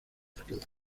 búsqueda